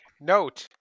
note